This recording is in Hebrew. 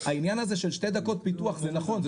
העניין הזה של שתי דקות פיתוח זה נכון,